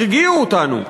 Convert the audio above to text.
הרגיעו אותנו,